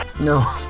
No